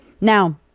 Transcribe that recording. Now